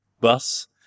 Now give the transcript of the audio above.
bus